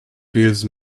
fills